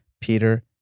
Peter